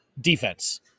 defense